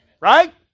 Right